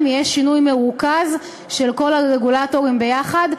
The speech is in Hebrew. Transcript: יהיה שינוי מרוכז של כל הרגולטורים ביחד,